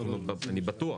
אני בטוח